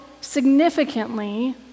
significantly